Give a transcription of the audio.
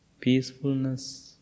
peacefulness